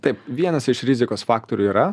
taip vienas iš rizikos faktorių yra